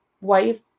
wife